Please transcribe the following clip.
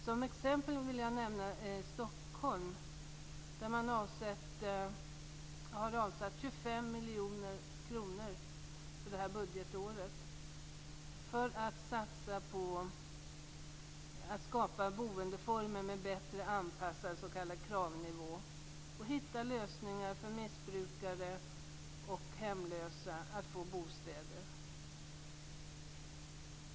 Som exempel vill jag nämna Stockholm, där man avsatt 25 miljoner kronor det här budgetåret för att skapa boendeformer med bättre anpassad s.k. kravnivå och hitta lösningar på missbrukares och hemlösas bostadsproblem.